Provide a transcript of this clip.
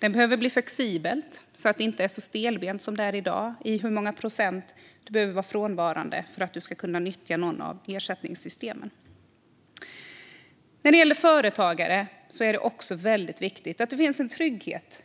De behöver vara flexibla så att det inte är så stelbent som i dag i fråga om hur många procent av tiden du behöver vara frånvarande för att kunna nyttja något av ersättningssystemen. När det gäller företagare är det viktigt att det finns en trygghet